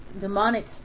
demonic